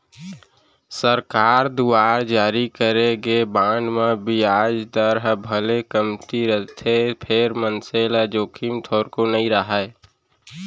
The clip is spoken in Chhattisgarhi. सरकार दुवार जारी करे गे बांड म बियाज दर ह भले कमती रहिथे फेर मनसे ल जोखिम थोरको नइ राहय